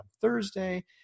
Thursday